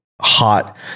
Hot